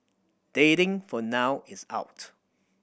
dating for now is out